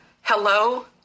Hello